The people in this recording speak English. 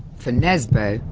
for nesbo,